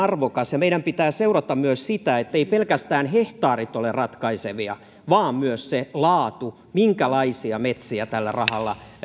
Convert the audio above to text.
arvokas ja meidän pitää seurata myös sitä etteivät pelkästään hehtaarit ole ratkaisevia vaan myös se laatu minkälaisia metsiä tällä rahalla